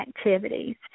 activities